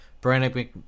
Brandon